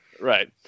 Right